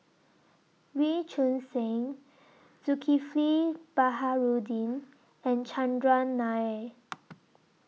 Wee Choon Seng Zulkifli Baharudin and Chandran Nair